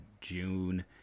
june